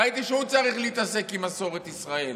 ראיתי שהוא צריך להתעסק עם מסורת ישראל